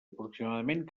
aproximadament